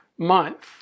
month